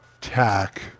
tack